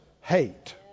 hate